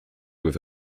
with